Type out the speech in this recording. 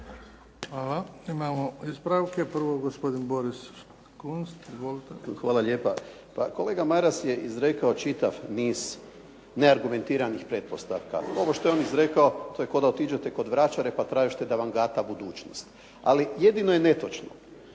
Hvala. Imamo ispravke. Prvo gospodin Boris Kunst. Izvolite. **Kunst, Boris (HDZ)** Hvala lijepa. Pa kolega Maras je izrekao čitav niz neargumentiranih pretpostavka. Ovo što je on izrekao, to je kao da otiđete kod vračare, pa tražite da vam gata budućnost. Ali jedino je netočno